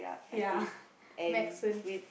ya medicine